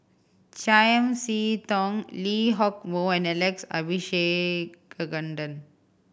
Chiam See Tong Lee Hock Moh and Alex Abisheganaden